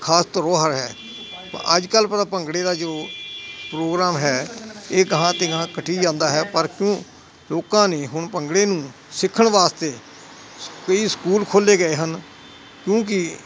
ਖ਼ਾਸ ਧਰੋਹਰ ਹੈ ਅੱਜ ਕੱਲ੍ਹ ਪਤਾ ਭੰਗੜੇ ਦਾ ਜੋ ਪ੍ਰੋਗਰਾਮ ਹੈ ਇਹ ਅਗਾਂਹ ਅਤੇ ਅਗਾਂਹ ਘਟੀ ਜਾਂਦਾ ਹੈ ਪਰ ਕਿਓਂ ਲੋਕਾਂ ਨੇ ਹੁਣ ਭੰਗੜੇ ਨੂੰ ਸਿੱਖਣ ਵਾਸਤੇ ਸ ਕਈ ਸਕੂਲ ਖੋਲ੍ਹੇ ਗਏ ਹਨ ਕਿਉਂਕਿ